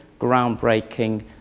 groundbreaking